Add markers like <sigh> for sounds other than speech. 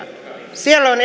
siellä on <unintelligible>